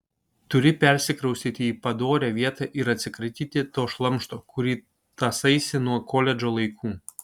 turi persikraustyti į padorią vietą ir atsikratyti to šlamšto kurį tąsaisi nuo koledžo laikų